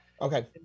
Okay